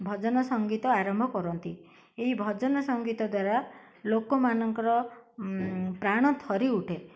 ଭଜନ ସଙ୍ଗୀତ ଆରମ୍ଭ କରନ୍ତି ଏହି ଭଜନ ସଙ୍ଗୀତ ଦ୍ୱାରା ଲୋକମାନଙ୍କର ପ୍ରାଣ ଥରି ଉଠେ